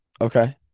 Okay